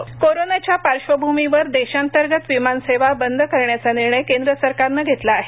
विमानसेवा कोरोनाच्या पार्श्वभूमीवर देशांतर्गत विमानसेवा बंद करण्याचा निर्णय केंद्र सरकारने घेतला आहे